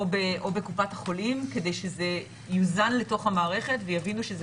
בקופות החולים כדי שזה יוזמן לתוך המערכת ויבינו שזה